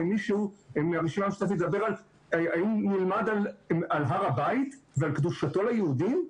או אם מישהו ילמד על הר הבית ועל קדושתו ליהודים,